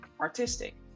artistic